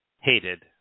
hated